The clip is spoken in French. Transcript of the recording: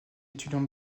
étudiante